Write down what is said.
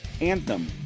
Anthem